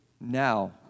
now